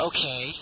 Okay